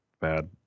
bad